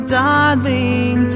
darling